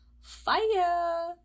fire